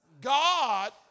God